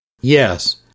Yes